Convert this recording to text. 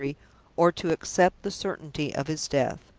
or to accept the certainty of his death.